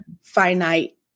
finite